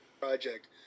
Project